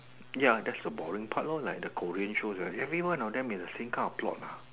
ya that's the boring part lor like the Korean shows every one of them is like the same kind of plot